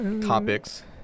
Topics